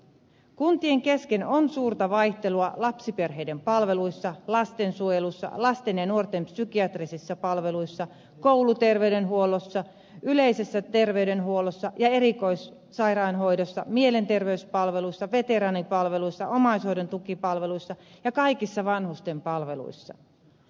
kuntien kesken on suurta vaihtelua lapsiperheiden palveluissa lastensuojelussa lasten ja nuorten psykiatrisissa palveluissa kouluterveydenhuollossa yleisessä terveydenhuollossa ja erikoissairaanhoidossa mielenterveyspalveluissa veteraanipalveluissa omaishoidon tukipalveluissa ja kaikissa vanhusten palveluissa